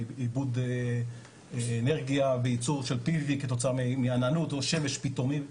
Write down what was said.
עיבוד אנרגיה וייצור שלPV כתוצאה מעננות או שמש פתאומית.